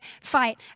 fight